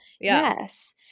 Yes